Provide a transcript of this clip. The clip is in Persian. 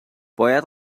باید